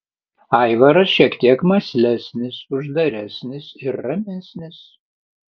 aivaras šiek tiek mąslesnis uždaresnis ir ramesnis